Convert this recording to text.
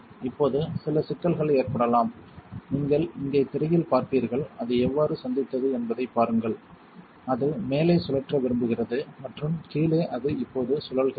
இப்போது சில சிக்கல்கள் ஏற்படலாம் நீங்கள் இங்கே திரையில் பார்ப்பீர்கள் அது எவ்வாறு சந்தித்தது என்பதைப் பாருங்கள் அது மேலே சுழற்ற விரும்புகிறது மற்றும் கீழே அது இப்போது சுழல்கிறது